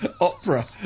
opera